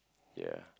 ya